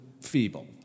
feeble